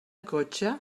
cotxe